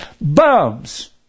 bums